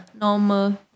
normal